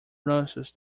nurses